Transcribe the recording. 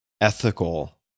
ethical